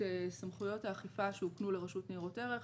סמכויות האכיפה שהוקנו לרשות ניירות ערך,